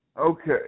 Okay